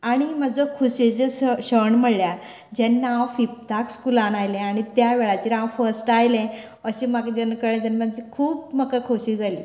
आनी म्हजो खोशयेचो असो क्षण म्हळ्यार जेन्ना हांव फिफताक स्कुलान आयली आनी त्या वेळाचेर हांव फर्स्ट आयले अशे म्हाका जेन्ना कळ्ळें तेन्ना खूब म्हाका खोशी जाली